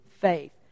faith